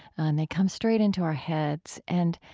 and they come straight into our heads and,